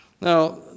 Now